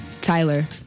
Tyler